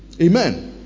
Amen